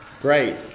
Great